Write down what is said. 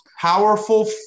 powerful